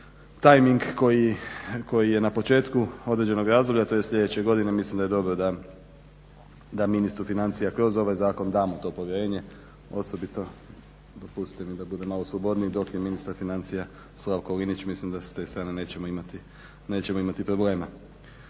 tajming koji je na početku određenog razdoblja tj. sljedeće godine. Mislim da je dobro da ministru financija kroz ovaj zakon damo to povjerenje, osobito dopustili da bude malo slobodniji. Dok je ministar financija Slavko Linić mislim da s te strane nećemo imati problema.